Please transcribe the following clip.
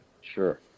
sure